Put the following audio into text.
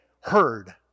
heard